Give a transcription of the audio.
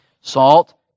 Salt